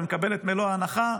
ומקבל את מלוא ההנחה,